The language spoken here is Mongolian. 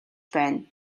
байна